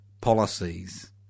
policies